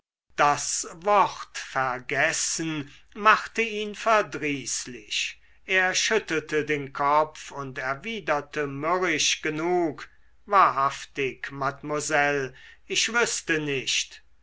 das wort vergessen machte ihn verdrießlich er schüttelte den kopf und erwiderte mürrisch genug wahrhaftig mademoiselle ich wüßte nicht